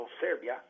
Serbia